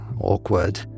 Awkward